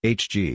hg